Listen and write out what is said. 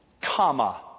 comma